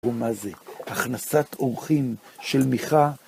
ומה זה? הכנסת עורכים של מיכה?